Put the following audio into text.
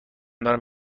دارم